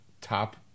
top